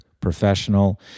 professional